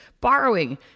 borrowing